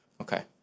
okay